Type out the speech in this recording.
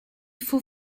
faut